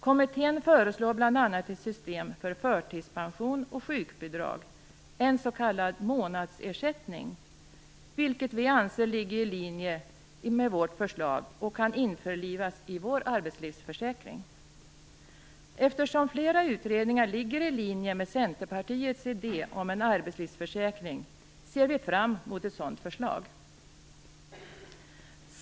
Kommittén föreslår bl.a. ett system för förtidspension och sjukbidrag, en s.k. månadsersättning, vilket vi anser ligger i linje med vårt förslag och kan införlivas i vår arbetslivsförsäkring. Eftersom flera utredningar ligger i linje med Centerpartiets idé om en arbetslivsförsäkring ser vi fram mot ett sådant förslag.